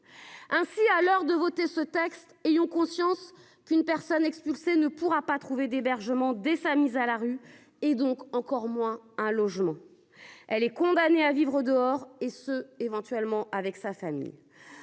Ainsi, à l'heure de voter ce texte. Ayons conscience qu'une personne expulsée ne pourra pas trouvé d'hébergement des familles à la rue et donc encore moins un logement. Elle est condamnée à vivre dehors et ceux éventuellement avec sa famille.